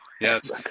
Yes